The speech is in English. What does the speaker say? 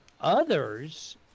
others